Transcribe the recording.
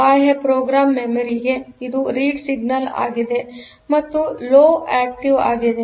ಬಾಹ್ಯ ಪ್ರೋಗ್ರಾಂ ಮೆಮೊರಿಗೆ ಇದು ರೀಡ್ ಸಿಗ್ನಲ್ ಆಗಿದೆ ಮತ್ತು ಇದು ಲೊ ಆಕ್ಟಿವ್ ಆಗಿದೆ